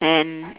and